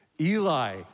Eli